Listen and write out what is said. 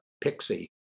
pixie